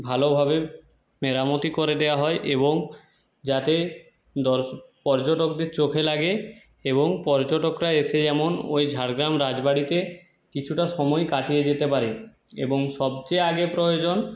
ভালোভাবে মেরামতি করে দেওয়া হয় এবং যাতে দর্শ পর্যটকদের চোখে লাগে এবং পর্যটকরা এসে যেমন ওই ঝাড়গ্রাম রাজবাড়িতে কিছুটা সময় কাটিয়ে যেতে পারে এবং সবচেয়ে আগে প্রয়োজন